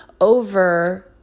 over